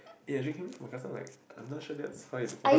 eh actually can we for then I'm like I'm not sure that's how it works